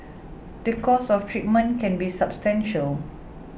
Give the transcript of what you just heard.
the cost of treatment can be substantial